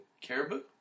Caribou